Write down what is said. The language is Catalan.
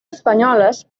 espanyoles